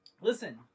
Listen